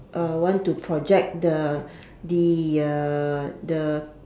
uh want to project the the uh the